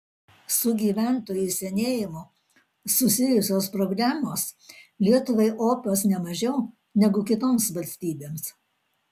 su gyventojų senėjimu susijusios problemos lietuvai opios ne mažiau negu kitoms valstybėms